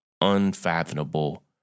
Unfathomable